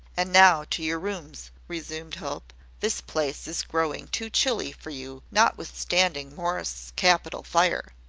and now, to your rooms, resumed hope this place is growing too chilly for you, notwithstanding morris's capital fire.